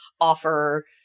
offer